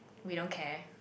we don't care